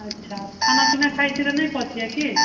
अच्छा तऽ खाना पीना खाइ छी तऽ नहि पचैए की